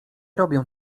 robią